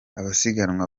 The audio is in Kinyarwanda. abasiganwa